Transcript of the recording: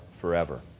forever